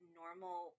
normal